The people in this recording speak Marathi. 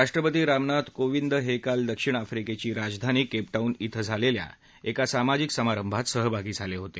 राष्ट्रपती राम नाथ कोविंद हे काल दक्षिण आफ्रिकेची राजधानी केपटाऊन धिं झालेल्या एका सामाजिक समारंभात सहभागी झाले होते